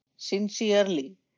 Sincerely